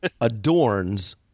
adorns